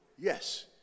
Yes